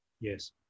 yes